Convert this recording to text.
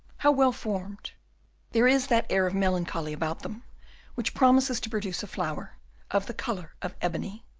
how well formed there is that air of melancholy about them which promises to produce a flower of the colour of ebony.